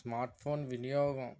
smartphone వినియోగం